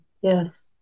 Yes